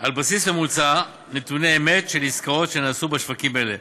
על בסיס ממוצע נתוני אמת של עסקאות שנעשו בשווקים אלה.